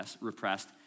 repressed